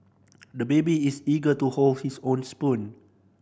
the baby is eager to hold his own spoon